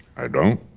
i don't?